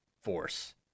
force